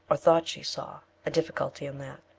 or thought she saw, a difficulty in that.